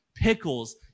Pickles